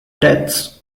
deaths